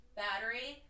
battery